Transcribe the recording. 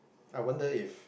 I wonder if